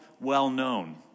well-known